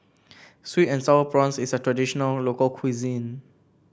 sweet and sour prawns is a traditional local cuisine